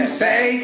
say